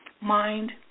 mind